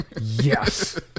yes